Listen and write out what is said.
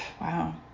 Wow